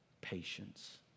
patience